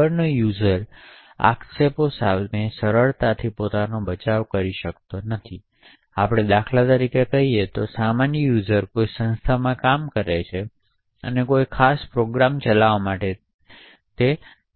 આગળનો યુઝર આક્ષેપો સામે સરળતાથી પોતાનો બચાવ કરી શકતો નથી તેથી આપણે દાખલા તરીકે કહીએ કે સામાન્ય યુઝર કોઈ સંસ્થામાં કામ કરે છે અને તે કોઈ ખાસ પ્રોગ્રામ ચલાવવા માટે